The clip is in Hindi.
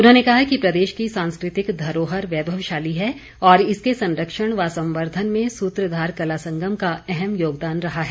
उन्होंने कहा कि प्रदेश की सांस्कृतिक धरोहर वैभवशाली है और इसके संरक्षण व संवर्धन में सुत्रधार कला संगम का अहम योगदान रहा है